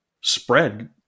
spread